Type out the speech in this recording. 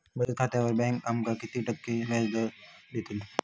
बचत खात्यार बँक आमका किती टक्के व्याजदर देतली?